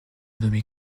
nommé